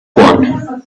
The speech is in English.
one